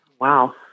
Wow